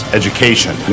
education